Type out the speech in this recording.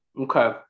Okay